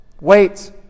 Wait